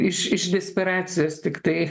iš iš desperacijos tiktai